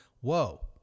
Whoa